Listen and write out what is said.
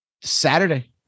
Saturday